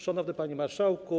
Szanowny Panie Marszałku!